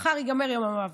שמחר ייגמר יום המאבק,